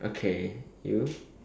okay you